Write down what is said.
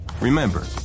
Remember